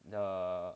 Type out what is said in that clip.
the